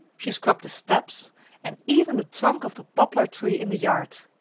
she scrubbed the steps and even the trunk of the poplar tree in the yard!